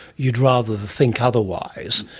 you'd rather think otherwise.